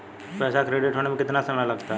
पैसा क्रेडिट होने में कितना समय लगता है?